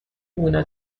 مونو